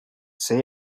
say